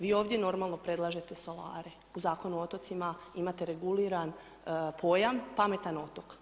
Vi ovdje normalno predlažete solare, u Zakonu o otocima imate reguliran pojam pametan otok.